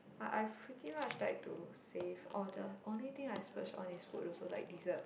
I I've pretty much like to save oh the only thing I splurge on is food also like dessert